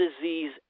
disease